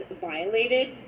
violated